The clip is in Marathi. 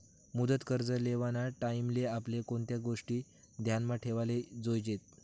मुदत कर्ज लेवाना टाईमले आपले कोणत्या गोष्टी ध्यानमा ठेवाले जोयजेत